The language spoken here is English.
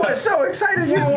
so excited you